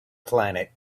planet